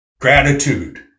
Gratitude